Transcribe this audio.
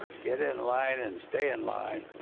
get in line and stay in line.